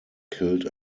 killed